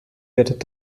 wird